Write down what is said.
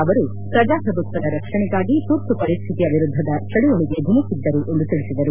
ಅವರು ಪ್ರಜಾಪ್ರಭುತ್ನದ ರಕ್ಷಣೆಗಾಗಿ ತುರ್ತು ಪರಿಸ್ಡಿತಿಯ ವಿರುದ್ದದ ಚಳುವಳಿಗೆ ಧುಮುಕ್ಕಿದ್ದರು ಎಂದು ತಿಳಿಸಿದರು